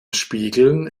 spiegeln